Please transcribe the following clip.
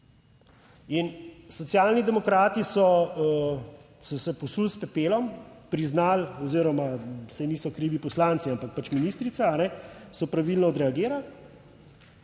In Socialni demokrati so, so se posuli s pepelom, priznali oziroma saj niso krivi poslanci ampak pač ministrica, so pravilno odreagirali,